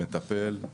מטפל.